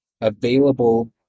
available